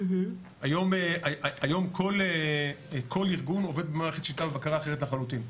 היום כל ארגון עובד במערכת שליטה ובקרה אחרת לחלוטין,